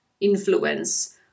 influence